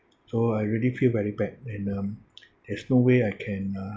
so I really feel very bad and um there is no way I can uh